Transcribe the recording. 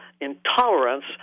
intolerance